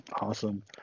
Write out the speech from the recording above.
Awesome